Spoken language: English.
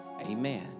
amen